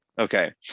okay